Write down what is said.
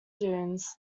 dunes